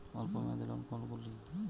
অল্প মেয়াদি লোন কোন কোনগুলি?